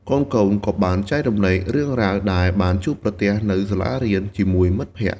កូនៗក៏បានចែករំលែករឿងរ៉ាវដែលបានជួបប្រទះនៅសាលារៀនជាមួយមិត្តភក្តិ។